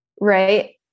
right